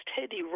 Teddy